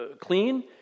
clean